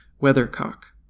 weathercock